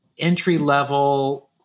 entry-level